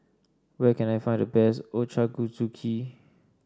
where can I find the best Ochazuke